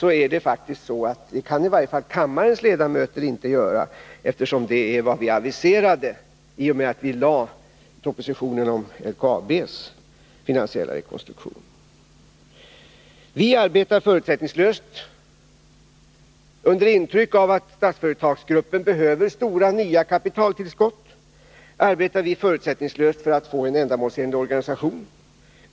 Men så kan i varje fall inte kammarens ledamöter uppleva det, eftersom det faktiskt är vad vi aviserade i och med att vi lade fram propositionen om LKAB:s finansiella rekonstruktion. Under intryck av att Statsföretagsgruppen behöver stora, nya kapitaltillskott arbetar vi förutsättningslöst för att få en ändamålsenlig organisation.